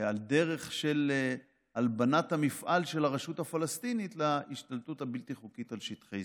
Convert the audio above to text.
על דרך של הלבנת המפעל של הרשות הפלסטינית להשתלטות הבלתי-חוקית על שטחי